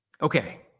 Okay